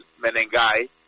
Menengai